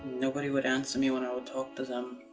nobody would answer me when i would talk to them.